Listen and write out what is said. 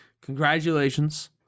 congratulations